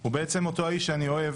הוא בעצם אותו האיש שאני אוהב